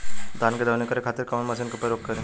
धान के दवनी करे खातिर कवन मशीन के प्रयोग करी?